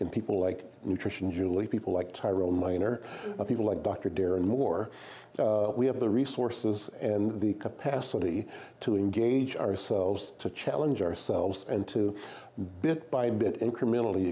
and people like nutrition julie people like tyrone miner people like dr terry moore so we have the resources and the capacity to engage ourselves to challenge ourselves and to bit by bit incrementally